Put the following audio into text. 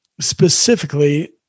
specifically